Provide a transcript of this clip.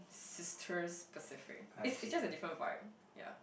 sisters specific it it's just a different vibe ya